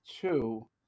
Two